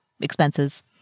expenses